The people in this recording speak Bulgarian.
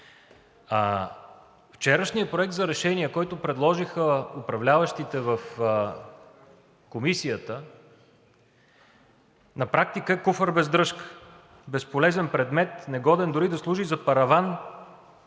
Вчерашният проект за решение, който предложиха управляващите в Комисията, на практика е куфар без дръжка, безполезен предмет, негоден дори да служи за параван,